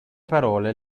parole